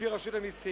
על-פי רשות המסים,